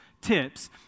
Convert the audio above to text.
tips